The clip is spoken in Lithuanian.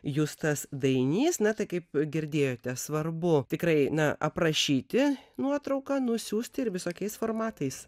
justas dainys na tai kaip girdėjote svarbu tikrai na aprašyti nuotrauką nusiųsti ir visokiais formatais